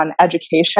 education